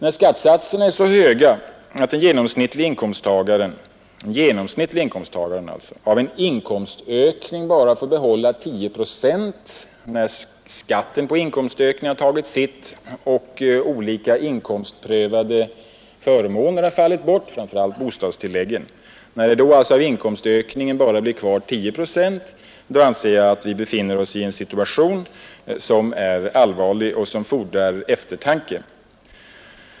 När skattesatserna är så höga att den genomsnittliga inkomsttagaren — den genomsnittliga inkomsttagaren alltså — av en inkomstökning får behålla bara 10 procent, när skatten på inkomstökningen har tagit sitt och olika inkomstprövade förmåner har fallit bort, framför allt bostadstilläggen, anser jag att vi befinner oss i en situation som är allvarlig och som fordrar eftertanke.